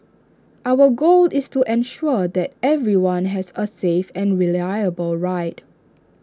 our goal is to ensure that everyone has A safe and reliable ride